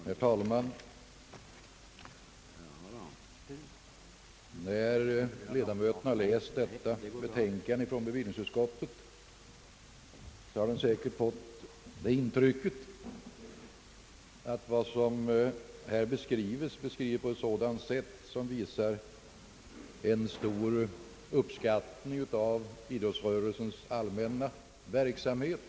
Herr talman! När ledamöterna har läst detta betänkande från bevillningsutskottet har de säkert fått det intrycket, att skrivningen har skett på ett sätt som visar en stor uppskattning av idrottsrörelsens allmänna verksamhet.